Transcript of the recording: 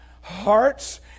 hearts